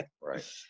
right